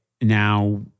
now